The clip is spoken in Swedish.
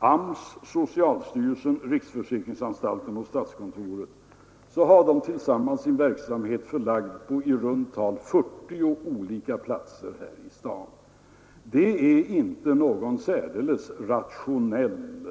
AMS, socialstyrelsen, riksförsäkringsanstalten och statskontoret har tillsammans sin verksamhet förlagd på ungefär 40 olika platser här i staden. Det är inte en särdeles rationell